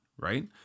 right